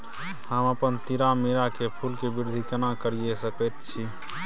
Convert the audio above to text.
हम अपन तीरामीरा के फूल के वृद्धि केना करिये सकेत छी?